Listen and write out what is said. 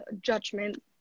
judgment